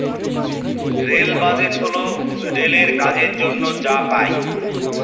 rail budget হল রেলের কাজের জন্য যা পাই